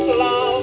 love